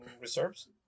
reserves